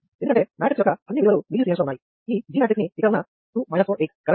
ఈ G matrix ని ఇక్కడ ఉన్న 2 4 8 కరెంట్ సోర్స్ వెక్టార్ తో గుణించాలి